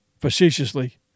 facetiously